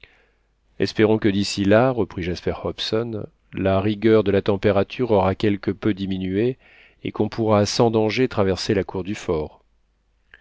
espérons que d'ici là reprit jasper hobson la rigueur de la température aura quelque peu diminué et qu'on pourra sans danger traverser la cour du fort